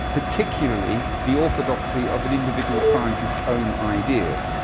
particularly the orthodoxy of an individual scientist's own ideas.